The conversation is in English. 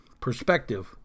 perspective